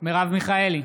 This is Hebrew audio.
מרב מיכאלי,